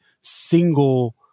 single